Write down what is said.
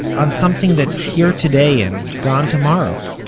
on something that's here today and gone tomorrow?